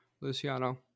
Luciano